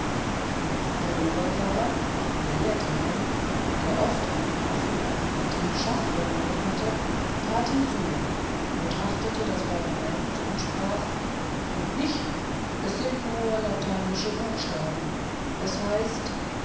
der oberpfarrer ein gelehrter mann der oft an den affen eine partie schach verloren hatte trat hinzu betrachtete das pergament und sprach mitnichten es sind nur lateinische buchstaben es heißt